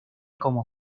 como